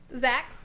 Zach